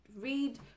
read